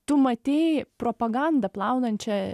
tu matei propagandą plaunančią